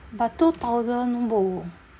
but two thousand !whoa!